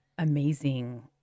amazing